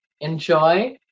enjoy